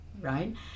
right